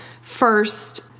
first